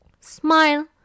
Smile